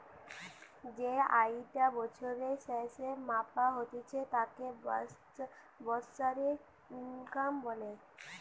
যেই আয়ি টা বছরের স্যাসে মাপা হতিছে তাকে বাৎসরিক ইনকাম বলে